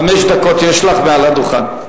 חמש דקות יש לך מעל הדוכן.